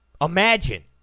Imagine